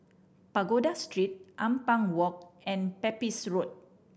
Pagoda Street Ampang Walk and Pepys Road